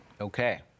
Okay